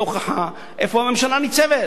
הוכחה איפה הממשלה ניצבת: